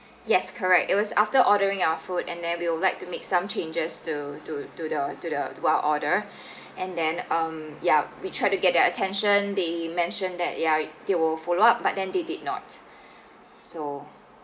yes correct it was after ordering our food and then we would like to make some changes to to to the to the to our order and then um yup we try to get their attention they mentioned that ya they will follow up but then they did not so